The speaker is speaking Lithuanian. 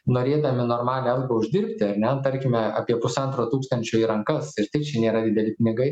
norėdami normalią algą uždirbti ar ne tarkime apie pusantro tūkstančio į rankas ir tai čia nėra dideli pinigai